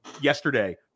yesterday